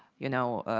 you know,